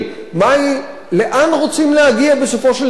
לאן רוצים להגיע בסופו של דבר?